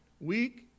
Weak